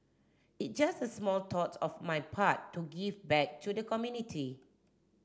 it's just a small tout of my part to give back to the community